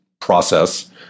process